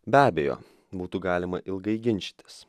be abejo būtų galima ilgai ginčytis